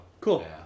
cool